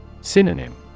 Synonym